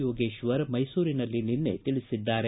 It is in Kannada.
ಯೋಗೇಶ್ವರ್ ಮೈಸೂರಿನಲ್ಲಿ ನಿನ್ನೆ ತಿಳಿಸಿದ್ದಾರೆ